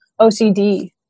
OCD